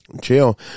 chill